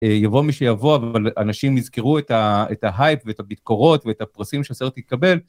יבוא מי שיבוא אבל אנשים יזכרו את ההייפ ואת הבקורות ואת הפרסים שהסרט יקבל.